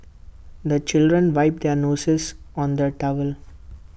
the children wipe their noses on the towel